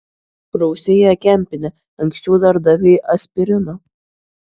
prausei ją kempine anksčiau dar davei aspirino